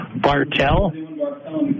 Bartell